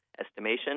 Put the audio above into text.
estimation